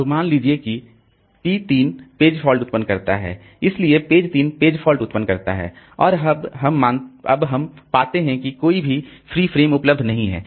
अब मान लीजिए कि p 3 पेज फॉल्ट उत्पन्न करता है इसलिए पेज 3 पेज फॉल्ट उत्पन्न करता है और अब हम पाते हैं कि कोई भी फ्री फ्रेम उपलब्ध नहीं है